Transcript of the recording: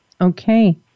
Okay